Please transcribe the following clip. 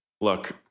Look